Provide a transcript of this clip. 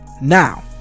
Now